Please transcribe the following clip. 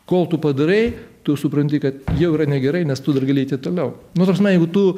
kol tu padarai tu supranti kad jau yra negerai nes tu dar gali eiti toliau ta prasme jeigu tu